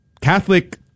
Catholic